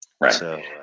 Right